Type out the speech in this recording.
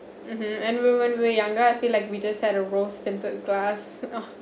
mmhmm and when when when we're younger I feel like we just had a rose tinted glass ah